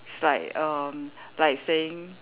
it's like erm like saying